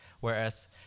whereas